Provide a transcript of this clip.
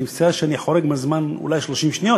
אני מצטער שאני חורג מהזמן אולי ב-30 שניות,